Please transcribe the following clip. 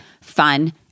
fun